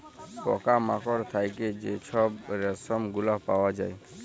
পকা মাকড় থ্যাইকে যে ছব রেশম গুলা পাউয়া যায়